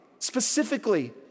Specifically